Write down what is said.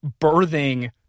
birthing